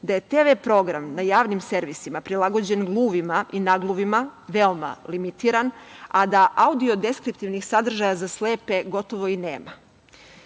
da je TV program na javnim servisima prilagođen gluvima i nagluvima veoma limitiran, a da audio deskriptivnih sadržaja za slepe gotovo i nema. Ono